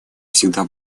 всегда